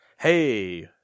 Hey